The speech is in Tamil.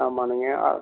ஆமாங்க